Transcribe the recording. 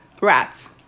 rats